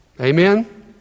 Amen